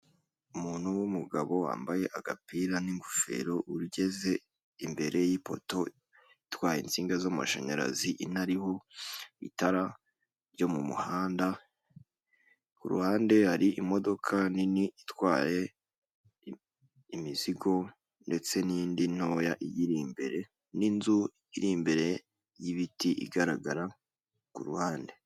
Umuntu w'umugabo wambaye agapira n'ingofero ugeze imbere y'ipoto itwaye insinga z'amashanyarazi inariho itara ryo mu muhanda, ku ruhande hari imodoka nini itwaye imizigo ndetse n'indi ntoya iriri imbere n'inzu iri imbere y'ibiti igaragara ku ruhande.